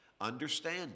understand